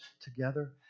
together